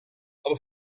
aber